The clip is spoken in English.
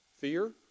fear